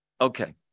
Okay